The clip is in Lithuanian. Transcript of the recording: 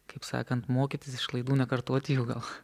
kaip sakant mokytis iš klaidų nekartoti jų gal